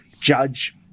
judge